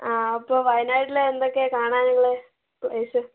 ആ അപ്പോൾ വയനാട്ടിൽ എന്തൊക്കെയാണ് കാണാൻ ഉള്ളത് പ്ലേസ്